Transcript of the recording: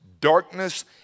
darkness